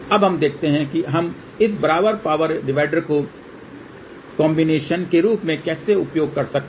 अब हम देखते हैं कि हम इस बराबर पावर डिवाइडर को कॉम्बिनेशन के रूप में कैसे उपयोग कर सकते हैं